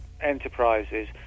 enterprises